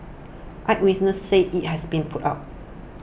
eyewitnesses say it has been put out